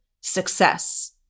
success